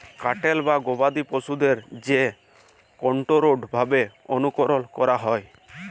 cattle বা গবাদি পশুদের যে কনটোরোলড ভাবে অনুকরল ক্যরা হয়